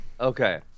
Okay